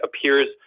appears